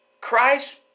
Christ